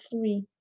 three